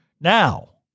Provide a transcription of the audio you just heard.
Now